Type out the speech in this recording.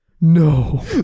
No